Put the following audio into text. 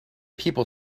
people